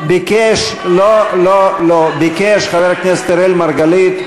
ביקש חבר הכנסת אראל מרגלית,